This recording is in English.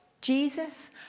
Jesus